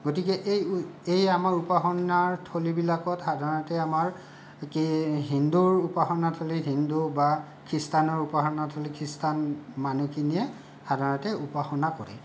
গতিকে এই এই আমাৰ উপাসনাৰ থলীবিলাকত সাধাৰণতে আমাৰ হিন্দুৰ উপাসনা থলীত হিন্দু বা খ্ৰীষ্টানৰ উপাসনা থলীত খ্ৰীষ্টান মানুহখিনিয়ে সাধাৰণতে উপাসনা কৰে